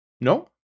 No